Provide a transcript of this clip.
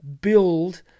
build